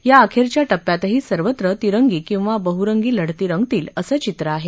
या अखेरच्या टप्प्यातही सर्वत्र तिरंगी किंवा बहरंगी लढती रंगतील असं चित्र आहे